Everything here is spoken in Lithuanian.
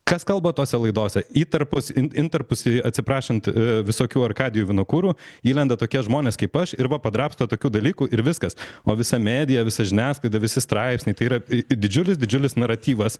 kas kalba tose laidose įtarpus in intarpus atsiprašant visokių arkadijų vinokurų įlenda tokie žmonės kaip aš ir va padrabsto tokių dalykų ir viskas o visa medija visa žiniasklaida visi straipsniai tai yra didžiulis didžiulis naratyvas